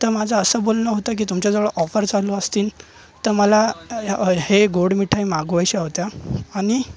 तर माझं असं बोलणं होतं की तुमच्याजवळ ऑफर चालू असतील तर मला ह्या हे गोड मिठाई मागवायच्या होत्या आणि